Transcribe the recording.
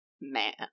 Man